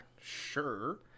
Sure